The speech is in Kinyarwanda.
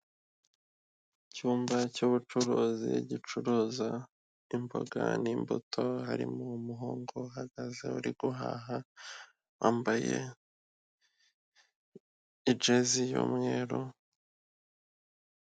Icyumba cy'ubucuruzi gicuruza imboga n'imbuto, harimo umuhungu uhagaze uri guhaha, wambaye ijesi y'umweru.